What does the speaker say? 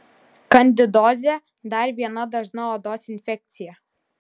kandidozė dar viena dažna odos infekcija